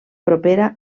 propera